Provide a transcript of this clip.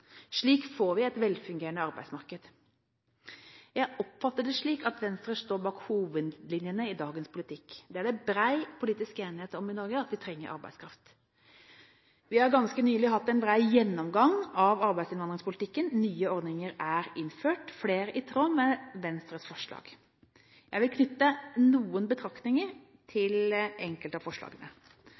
Slik får vi et velfungerende arbeidsmarked. Jeg oppfatter det slik at Venstre stiller seg bak hovedlinjene i dagens politikk. Det er bred politisk enighet i Norge om at vi trenger arbeidskraft. Vi har ganske nylig hatt en bred gjennomgang av arbeidsinnvandringspolitikken, og nye ordninger er innført, flere i tråd med Venstres forslag. Jeg vil knytte noen betraktninger til enkelte av forslagene.